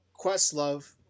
Questlove